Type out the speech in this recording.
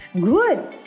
Good